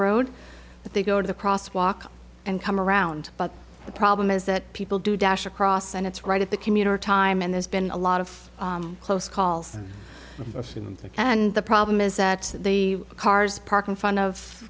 road but they go to the cross walk and come around but the problem is that people do dash across and it's right at the commuter time and there's been a lot of close calls i've seen them and the problem is that the cars parked in front of